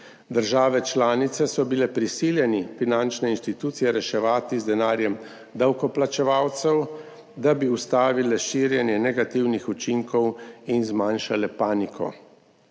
Države članice so bile prisiljene finančne institucije reševati z denarjem davkoplačevalcev, da bi ustavile širjenje negativnih učinkov in zmanjšale paniko.